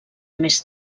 més